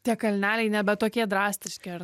tie kalneliai nebe tokie drastiški ar